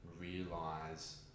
realize